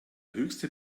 höchste